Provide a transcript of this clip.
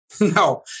No